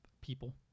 people